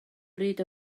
bryd